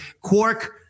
Quark